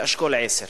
באשכול 10,